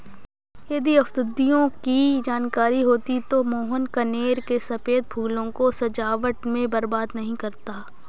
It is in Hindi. यदि औषधियों की जानकारी होती तो मोहन कनेर के सफेद फूलों को सजावट में बर्बाद नहीं करता